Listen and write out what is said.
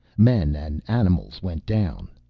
men and animals went down.